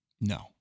No